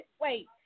Wait